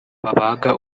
babaga